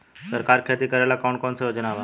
सरकार के खेती करेला कौन कौनसा योजना बा?